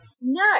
no